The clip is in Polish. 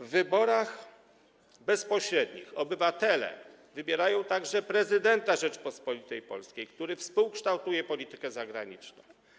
W wyborach bezpośrednich obywatele wybierają także prezydenta Rzeczypospolitej Polskiej, który współkształtuje politykę zagraniczną.